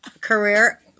career